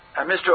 Mr